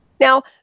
Now